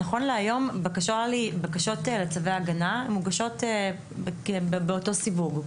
נכון להיום בקשות לצווי הגנה מוגשות באותו סיווג,